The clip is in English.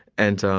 and